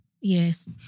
yes